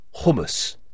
hummus